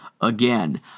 again